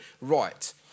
right